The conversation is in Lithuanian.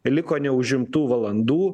liko neužimtų valandų